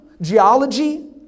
geology